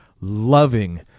loving